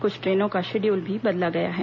कुछ ट्रेनों का शेडयूल भी बदला गया है